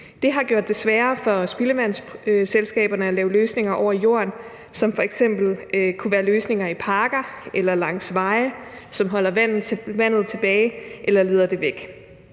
Det har gjort det sværere for spildevandsselskaberne at lave løsninger over jorden, som f.eks. kunne være løsninger i parker eller langs veje til at holde vandet tilbage eller lede det væk.